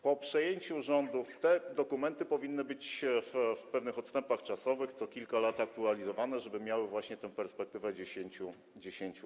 Po przejęciu rządów te dokumenty powinny być w pewnych odstępach czasowych - co kilka lat - aktualizowane, żeby miały właśnie tę perspektywę 10-letnią.